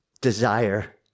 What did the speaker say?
desire